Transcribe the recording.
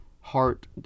heart